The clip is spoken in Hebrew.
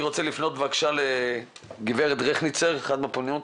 אני רוצה לפנות בבקשה לגב' רכניצר, אחת הפונות.